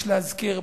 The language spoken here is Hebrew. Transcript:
יש להזכיר,